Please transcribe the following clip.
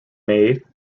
made